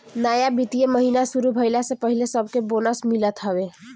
नया वित्तीय महिना शुरू भईला से पहिले सबके बोनस मिलत हवे